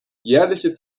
jährliche